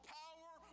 power